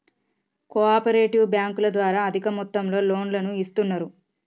co operative బ్యాంకుల ద్వారా అధిక మొత్తంలో లోన్లను ఇస్తున్నరు